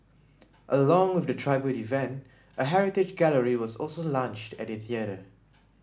along with the tribute event a heritage gallery was also launched at the theatre